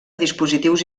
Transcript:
dispositius